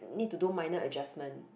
need to do minor adjustment